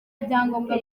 ibyangombwa